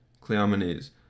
Cleomenes